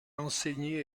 enseigner